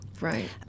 Right